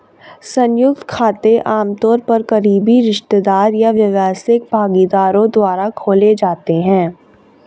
संयुक्त खाते आमतौर पर करीबी रिश्तेदार या व्यावसायिक भागीदारों द्वारा खोले जाते हैं